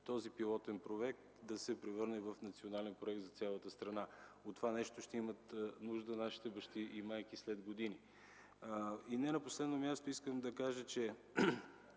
че пилотният проект да се превърне в национален проект за цялата страна. От това нещо ще имат нужда нашите бащи и майки след години. Не на последно място искам да кажа, че